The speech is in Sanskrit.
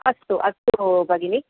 अस्तु अस्तु हो भगिनि